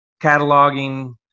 cataloging